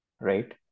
Right